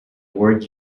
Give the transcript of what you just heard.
word